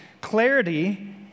clarity